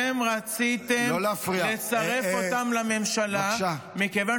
אתם רציתם לצרף אותם לממשלה מכיוון